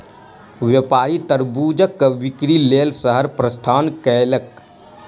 व्यापारी तरबूजक बिक्री लेल शहर प्रस्थान कयलक